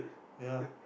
ya